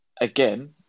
again